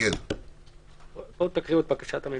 תקריאו את בקשת הממשלה.